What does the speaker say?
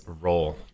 roll